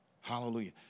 Hallelujah